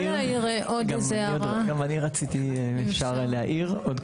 להכשרה השנתית שהוא צריך לעבור,